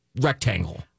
rectangle